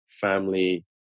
family